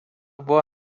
buvo